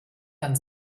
dann